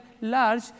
large